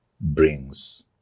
brings